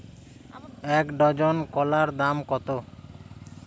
এক ডজন কলার দাম কত?